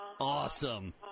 Awesome